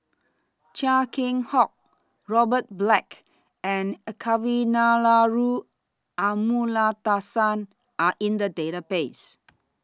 Chia Keng Hock Robert Black and Kavignareru Amallathasan Are in The Database